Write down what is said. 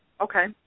Okay